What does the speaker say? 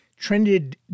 trended